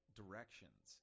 directions